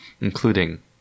including